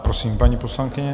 Prosím, paní poslankyně.